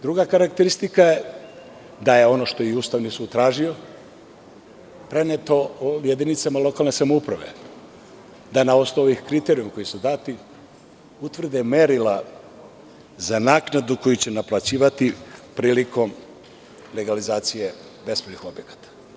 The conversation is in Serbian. Druga karakteristika je, da je i ono što je Ustavni sud tražio preneto jedinicama lokalne samouprave, da na osnovu ovih kriterijuma koji su dati utvrde merila za naknadu koju će naplaćivati prilikom legalizacije bespravnih objekata.